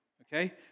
okay